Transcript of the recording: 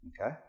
Okay